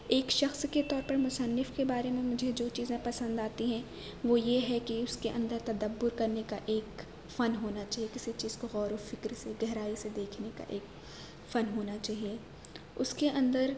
ایک شخص کے طور پر مصنف کے بارے میں مجھے جو چیزیں پسند آتی ہیں وہ یہ ہے کہ اس کے اندر تدبر کر نے کا ایک فن ہونا چاہیے کسی چیز کو غورو فکر سے گہرائی سے دیکھنے کا ایک فن ہونا چاہیے اس کے اندر